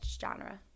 genre